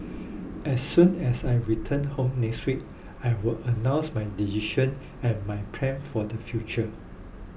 as soon as I return home next week I will announce my decision and my plans for the future